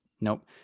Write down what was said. Nope